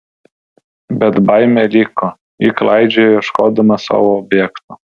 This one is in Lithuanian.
bet baimė liko ji klaidžioja ieškodama sau objekto